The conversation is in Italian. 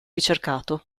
ricercato